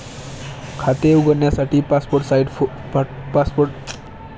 खाते उघडण्यासाठी passport size photo लागतो का?